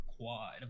quad